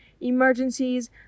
emergencies